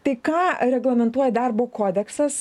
tai ką reglamentuoja darbo kodeksas